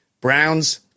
Browns